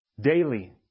Daily